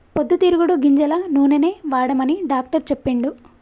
పొద్దు తిరుగుడు గింజల నూనెనే వాడమని డాక్టర్ చెప్పిండు